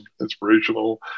inspirational